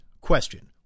question